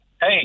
Hey